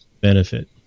benefit